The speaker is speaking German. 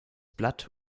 blatt